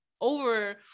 over